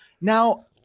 Now